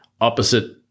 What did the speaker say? opposite